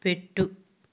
పెట్టు